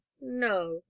no